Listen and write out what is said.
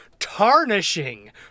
Tarnishing